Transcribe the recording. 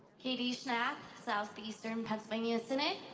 katy schnath, southeastern pennsylvania synod.